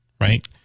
right